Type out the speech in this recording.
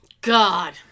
God